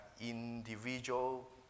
individual